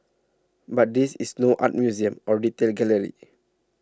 but this is no art museum or retail gallery